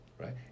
right